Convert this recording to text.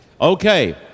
Okay